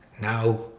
now